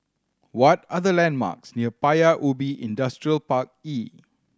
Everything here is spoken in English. what are the landmarks near Paya Ubi Industrial Park E